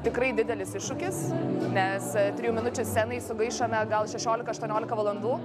tikrai didelis iššūkis nes trijų minučių scenai sugaišome gal šešiolika aštuoniolika valandų